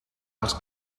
als